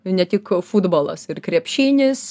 ne tik futbolas ir krepšinis